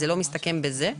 זה לא מסתכם בזה,